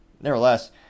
Nevertheless